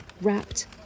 wrapped